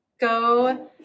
go